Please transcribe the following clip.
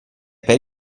per